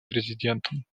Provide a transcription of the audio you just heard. президентом